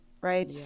right